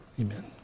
amen